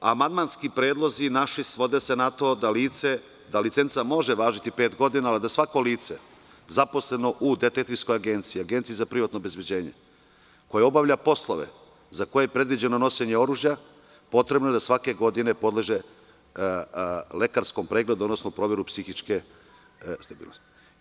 Amandmanski predlozi naši svode se na to da licenca može važiti pet godina, ali da svako lice zaposleno u detektivskoj agenciji, agenciji za privatno obezbeđenje, koje obavlja poslove za koje je predviđeno nošenje oružja, potrebno je da svake godine podleže lekarskom pregledu, odnosno proveru psihičke stabilnosti.